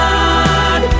God